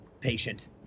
patient